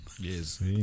Yes